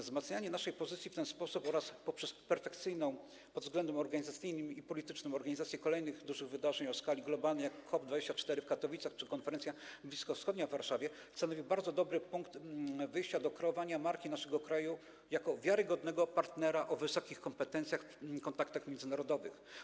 Wzmacnianie naszej pozycji w ten sposób oraz poprzez perfekcyjną pod względem organizacyjnym i politycznym organizację kolejnych dużych wydarzeń o skali globalnej, takich jak COP24 w Katowicach czy konferencja bliskowschodnia w Warszawie, stanowi bardzo dobry punkt wyjścia do kreowania marki naszego kraju jako wiarygodnego partnera o wysokich kompetencjach i kontaktach międzynarodowych.